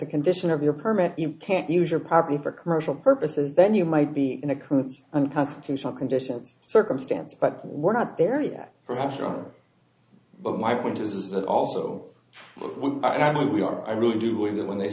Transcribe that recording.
a condition of your permit you can't use your property for commercial purposes then you might be in a crude unconstitutional conditions circumstance but we're not there yet perhaps but my point is that also and i mean we are i really do believe that when they